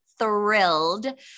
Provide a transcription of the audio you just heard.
Thrilled